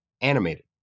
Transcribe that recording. animated